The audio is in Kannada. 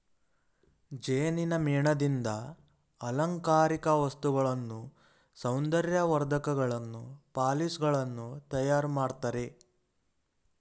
ಜೇನಿನ ಮೇಣದಿಂದ ಅಲಂಕಾರಿಕ ವಸ್ತುಗಳನ್ನು, ಸೌಂದರ್ಯ ವರ್ಧಕಗಳನ್ನು, ಪಾಲಿಶ್ ಗಳನ್ನು ತಯಾರು ಮಾಡ್ತರೆ